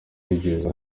bigeze